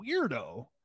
weirdo